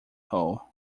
hole